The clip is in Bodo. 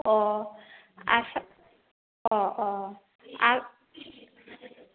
अह आदसा अह अह आ